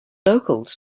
locals